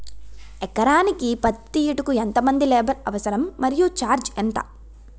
ఎకరానికి పత్తి తీయుటకు ఎంత మంది లేబర్ అవసరం? మరియు ఛార్జ్ ఎంత?